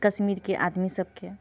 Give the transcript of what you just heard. कश्मीरके आदमी सबके